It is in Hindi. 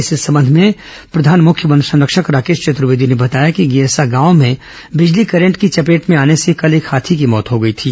इस संबंध में प्रधान मुख्य वन संरक्षक राकेश चतर्वेदी ने बताया कि गेरसा गांव में बिजली करंट की चपेट में आने से कल एक हाथी की मौत हो गई थी